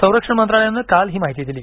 संरक्षण मंत्रालयानं काल ही माहिती दिली